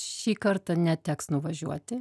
šį kartą neteks nuvažiuoti